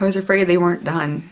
i was afraid they weren't done